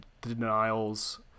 denials